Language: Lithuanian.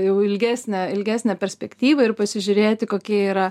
jau ilgesnę ilgesnę perspektyvą ir pasižiūrėti kokie yra